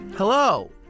Hello